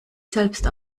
selbst